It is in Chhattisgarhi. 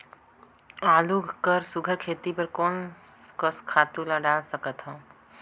आलू कर सुघ्घर खेती बर मैं कोन कस खातु ला डाल सकत हाव?